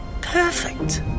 perfect